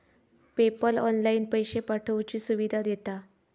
PayPal online पैशे पाठवुची सुविधा देता